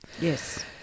Yes